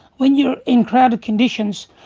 when you're in crowded conditions,